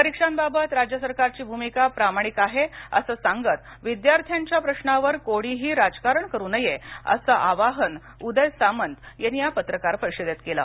परिक्षांबाबत राज्य सरकारची भूमिका प्रामाणिक आहे असं सांगत विद्यार्थ्यांच्या प्रश्नावर कोणी राजकारण करू नये असं आवाहन उदय सामंत यांनी या पत्रकार परिषदेत केलं